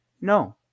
No